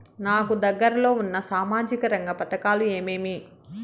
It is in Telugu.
నాకు దగ్గర లో ఉన్న సామాజిక రంగ పథకాలు ఏమేమీ?